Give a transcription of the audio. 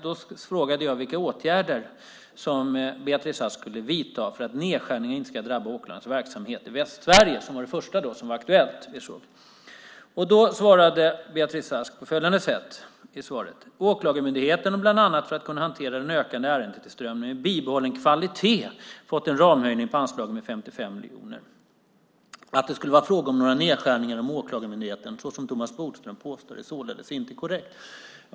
Då frågade jag vilka åtgärder Beatrice Ask skulle vidta för att nedskärningarna inte ska drabba åklagarnas verksamhet i Västsverige, som var det första som var aktuellt då. Då svarade Beatrice Ask på följande sätt: "Åklagarmyndigheten har bland annat för att kunna hantera den ökande ärendetillströmningen med bibehållen kvalitet fått en ramhöjning på anslaget med 55 miljoner kronor från och med 2008. Att det skulle vara frågan om några nedskärningar inom Åklagarmyndigheten såsom Thomas Bodström påstår är således inte korrekt."